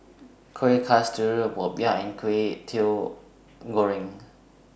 Kuih Kasturi Popiah and Kway Teow Goreng